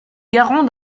garant